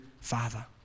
father